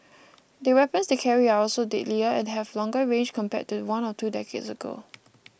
the weapons they carry are also deadlier and have longer range compared to one or two decades ago